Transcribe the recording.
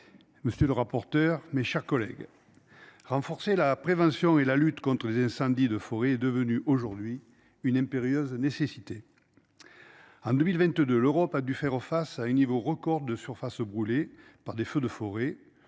Monsieur le rapporteur. Mes chers collègues. Renforcer la prévention et la lutte contre les incendies de forêt est devenue aujourd'hui une impérieuse nécessité. En 2022, l'Europe a dû faire face à une niveau record de surfaces brûlées par des feux de forêt.